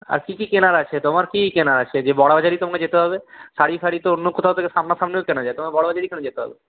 আর কি কি কেনার আছে তোমার কি কি কেনার আছে যে তোমাকে বড়বাজারেই যেতে হবে শাড়ি ফাড়ি তো অন্য কোথাও থেকে সামনাসামনিও কেনা যায় তোমাকে বড়বাজারেই কেন যেতে হবে